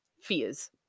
Fears